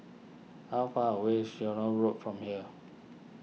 how far away is Ceylon Road from here